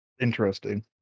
Interesting